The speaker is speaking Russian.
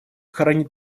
хранит